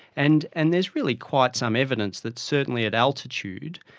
and and there is really quite some evidence that certainly at altitude,